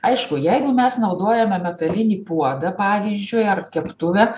aišku jeigu mes naudojame metalinį puodą pavyzdžiui ar keptuvę